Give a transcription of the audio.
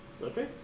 Okay